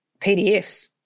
PDFs